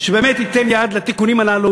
שבאמת ייתן יד לתיקונים הללו,